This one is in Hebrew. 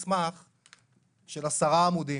מדבר עליו: אני מראה מסמך של עשרה עמודים.